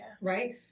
right